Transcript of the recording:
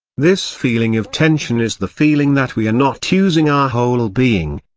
this feeling of tension is the feeling that we are not using our whole being.